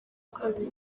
kabiri